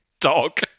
dog